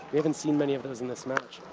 we haven't seen many of those in this match.